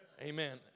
Amen